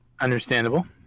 understandable